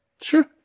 Sure